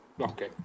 Okay